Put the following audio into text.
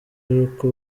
ariko